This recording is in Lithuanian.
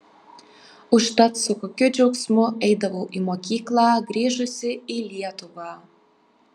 užtat su kokiu džiaugsmu eidavau į mokyklą grįžusi į lietuvą